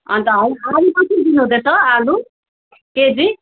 अन्त होइन आलु कसरी दिनु हुँदैछ आलु केजी